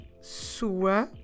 sua